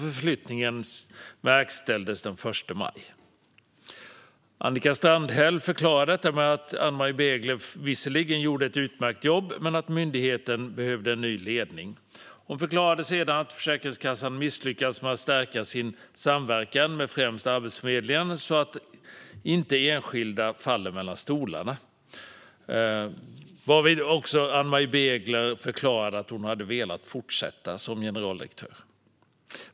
Förflyttningen verkställdes den 1 maj. Annika Strandhäll förklarar detta med att Ann-Marie Begler visserligen gjorde ett utmärkt jobb men att myndigheten behövde en ny ledning. Hon förklarade sedan att Försäkringskassan misslyckats med att stärka sin samverkan med främst Arbetsförmedlingen så att enskilda inte faller mellan stolarna, varvid Ann-Marie Begler också förklarade att hon hade velat fortsätta som generaldirektör.